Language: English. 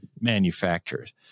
manufacturers